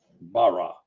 bara